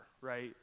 right